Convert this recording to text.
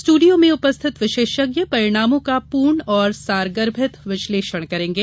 studio में उपस्थित विशेषज्ञ परिणामों का पूर्ण और सारगर्भित विश्लेषण करेंगे